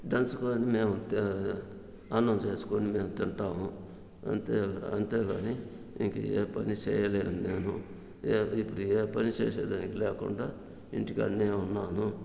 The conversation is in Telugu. దంచుకుని మేము తీ అన్నం చేసుకుని మేము తింటాము అంతే అంతే కాని ఇక ఏ పని చేయలేను నేను ఏ ఇప్పుడు ఏ పని చేసేదానికి లేకుండా ఇంటి కాడనే ఉన్నాను